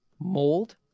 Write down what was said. mold